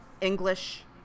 English